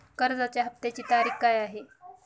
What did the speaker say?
कर्जाचा हफ्त्याची तारीख काय आहे?